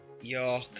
York